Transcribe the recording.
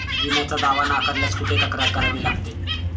विम्याचा दावा नाकारल्यास कुठे तक्रार करावी लागते?